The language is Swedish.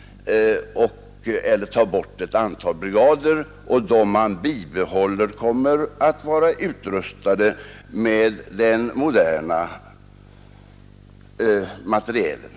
De brigader man bibehåller kommer att utrustas med den moderna materielen.